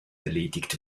erledigt